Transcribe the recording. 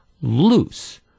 loose